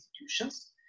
institutions